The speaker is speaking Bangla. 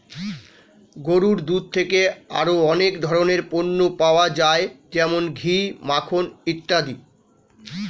গরুর দুধ থেকে আরো অনেক ধরনের পণ্য পাওয়া যায় যেমন ঘি, মাখন ইত্যাদি